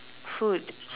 food